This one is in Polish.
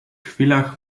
chwilach